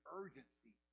urgency